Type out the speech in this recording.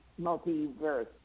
multiverse